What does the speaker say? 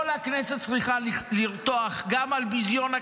כל הכנסת צריכה לרתוח גם על ביזיון הכנסת,